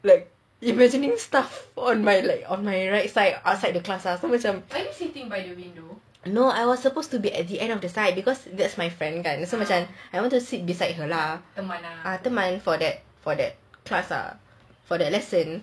like imagining stuff on like on my right side of the class so macam no I was supposed to be at end of the side because that was my friend kan so macam I wanted to sit beside her lah teman for that class for that lesson